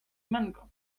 mango